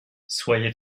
soyez